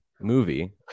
movie